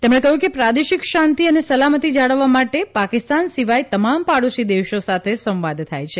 તેમણે કહ્યું કે પ્રાદેશિક શાંતિ અને સલામતિ જાળવવા માટે પાકિસ્તાન સિવાય તમામ પડોશી દેશો સાથે સંવાદ થાય છે